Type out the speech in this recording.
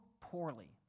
poorly